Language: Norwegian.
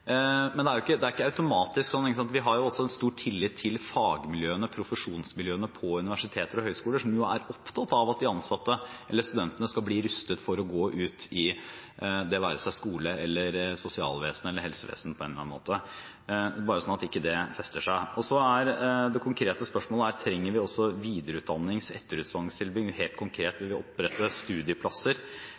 Vi har også stor tillit til fag- og profesjonsmiljøene på universiteter og høyskoler, som er opptatt av at studentene skal bli rustet til å gå ut i, det være seg, skole, sosialvesen eller helsevesen på en eller annen måte. – Dette bare så ikke den misforståelsen fester seg. Så er det konkrete spørsmålet her: Trenger vi også videre- og etterutdanningstilbud, og – helt konkret – vil vi opprette studieplasser